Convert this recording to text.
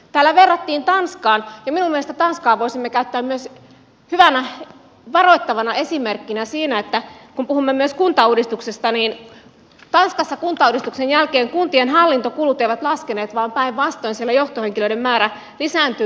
täällä verrattiin tanskaan ja minun mielestäni tanskaa voisimme käyttää myös hyvänä varoittavana esimerkkinä siinä että kun puhumme myös kuntauudistuksesta niin tanskassa kuntauudistuksen jälkeen kuntien hallintokulut eivät laskeneet vaan päinvastoin siellä johtohenkilöiden määrä lisääntyi